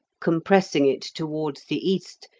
compressing it towards the east,